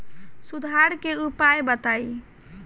सुधार के उपाय बताई?